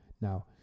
Now